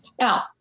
Now